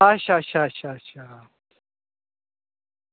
अच्छा अच्छा अच्छा